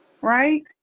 right